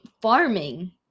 farming